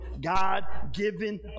god-given